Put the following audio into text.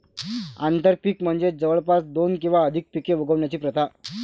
आंतरपीक म्हणजे जवळपास दोन किंवा अधिक पिके उगवण्याची प्रथा